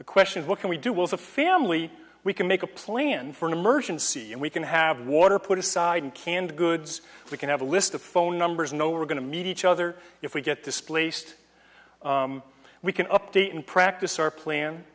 the question is what can we do with a family we can make a plan for an emergency and we can have water put aside and canned goods we can have a list of phone numbers no we're going to meet each other if we get displaced we can update in practice our plan